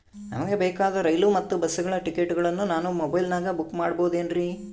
ನಮಗೆ ಬೇಕಾದ ರೈಲು ಮತ್ತ ಬಸ್ಸುಗಳ ಟಿಕೆಟುಗಳನ್ನ ನಾನು ಮೊಬೈಲಿನಾಗ ಬುಕ್ ಮಾಡಬಹುದೇನ್ರಿ?